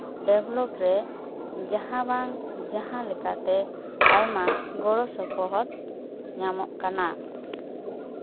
develop ᱨᱮ ᱡᱟᱦᱟᱸ ᱵᱟᱝ ᱡᱟᱦᱟᱸ ᱞᱮᱠᱟᱛᱮ ᱟᱭᱢᱟ ᱜᱚᱲᱚ ᱥᱚᱯᱚᱦᱚᱫ ᱧᱟᱢᱚᱜ ᱠᱟᱱᱟ